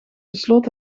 besloot